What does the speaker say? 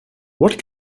what